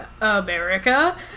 America